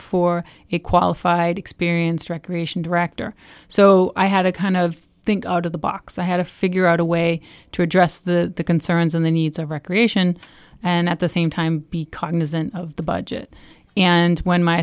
for a qualified experienced recreation director so i had a kind of think god box i had to figure out a way to address the concerns and the needs of recreation and at the same time be cognizant of the budget and when my